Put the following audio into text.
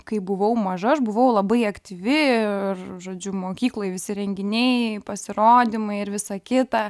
kai buvau maža aš buvau labai aktyvi ir žodžiu mokykloj visi renginiai pasirodymai ir visa kita